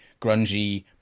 grungy